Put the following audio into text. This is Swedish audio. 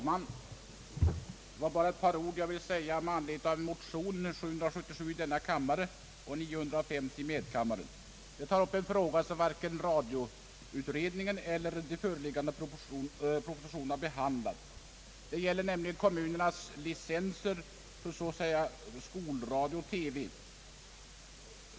Herr talman! Jag vill bara säga några ord med anledning av motion nr 777 i denna kammare och 950 i medkammaren. Vi tar där upp en fråga som varken radioutredningen eller de föreliggande propositionerna behandlar, nämligen kommunernas skyldighet att erlägga licens för skolradio och TV.